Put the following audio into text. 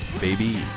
Baby